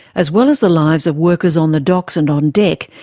as well as the lives of workers on the docks and on deck,